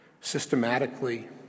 systematically